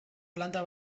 planta